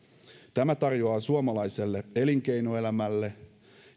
tämä tarjoaa suomalaiselle elinkeinoelämälle